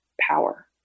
power